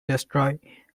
destroy